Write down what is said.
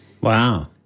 Wow